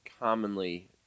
commonly